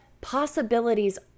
possibilities